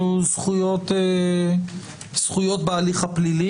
שהוא "זכויות בהליך הפלילי",